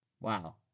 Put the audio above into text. Wow